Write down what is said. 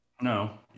No